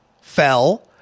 fell